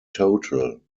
total